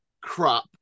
crap